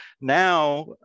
now